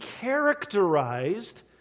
characterized